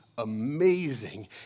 amazing